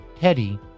Teddy